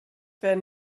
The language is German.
werden